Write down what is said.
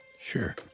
Sure